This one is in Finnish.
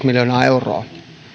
miljoonaa euroa